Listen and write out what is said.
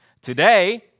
Today